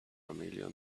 million